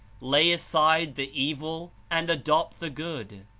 lay aside the evil and adopt the good.